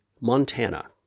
Montana